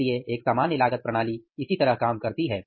इसलिए एक सामान्य लागत प्रणाली इसी तरह काम करती है